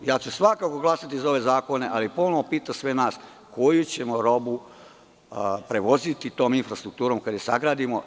Ja ću svakako glasati za ove zakone, ali ponovo pitam sve nas - koju ćemo robu prevoziti tom infrastrukturom, kada je sagradimo?